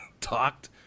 talked